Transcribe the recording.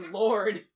lord